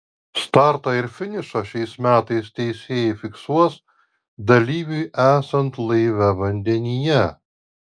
startą ir finišą šiais metais teisėjai fiksuos dalyviui esant laive vandenyje